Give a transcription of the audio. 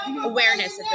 awareness